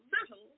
little